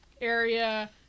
area